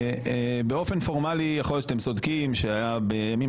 באופן פורמלי יכול להיות שאתם צודקים שבימים